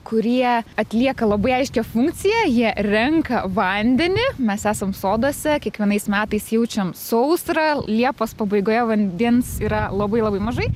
kurie atlieka labai aiškią funkciją jie renka vandenį mes esam soduose kiekvienais metais jaučiam sausrą liepos pabaigoje vandens yra labai labai mažai